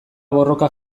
borroka